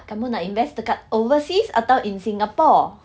kamu nak invest dekat overseas atau in singapore